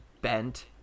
bent